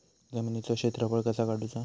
जमिनीचो क्षेत्रफळ कसा काढुचा?